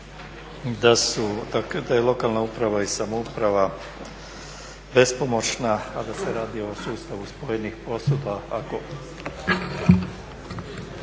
da je lokalna uprava i samouprava bespomoćna, a da se radi o sustavu spojenih posuda